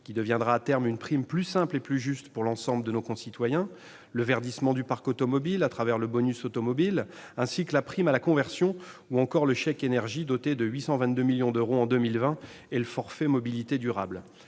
lequel deviendra à terme une prime plus simple et plus juste pour l'ensemble des Français ; le verdissement du parc automobile, grâce à la hausse de 50 % du bonus automobile ; la prime à la conversion ou encore le chèque énergie, doté de 822 millions d'euros en 2020, et le forfait mobilité durable.